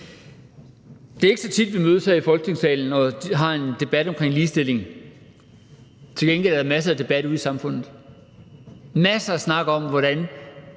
Det er ikke så tit, vi mødes her i Folketingssalen og har en debat omkring ligestilling. Til gengæld er der masser af debat ude i samfundet, masser af snak om, hvordan